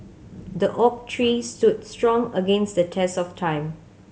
the oak tree stood strong against the test of time